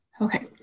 Okay